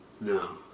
No